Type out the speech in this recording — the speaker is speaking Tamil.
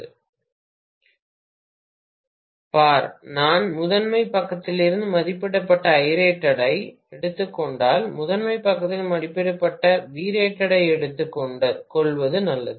பேராசிரியர் மாணவர் உரையாடல் தொடங்குகிறது மாணவர் 2037 பேராசிரியர் பார் நான் முதன்மை பக்கத்திலிருந்து மதிப்பிடப்பட்ட Irated ஐ எடுத்துக்கொண்டால் முதன்மை பக்கத்திலிருந்தும் மதிப்பிடப்பட்ட Vrated ஐ எடுத்துக்கொள்வது நல்லது